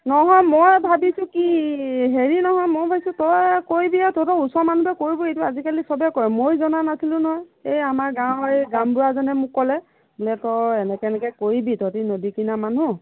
নহয় মই ভাবিছোঁ কি হেৰি নহয় মই ভাবিছোঁ তই কৰিবিয়ে তহঁতৰ ওচৰৰ মানুহবোৰে কৰিব এইটো আজিকালি সবে কৰে ময়ো জনা নাছিলোঁ নহয় এই আমাৰ গাঁৱৰ এই গাঁওবুঢ়াজনে মোক ক'লে বোলে তই এনেকৈ এনেকৈ কৰিবি তহঁতি নদীৰ কিনাৰৰ মানুহ